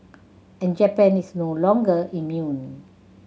and Japan is no longer immune